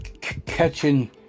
Catching